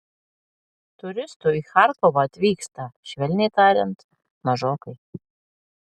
turistų į charkovą atvyksta švelniai tariant mažokai